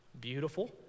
Beautiful